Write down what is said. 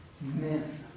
men